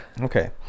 Okay